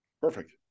Perfect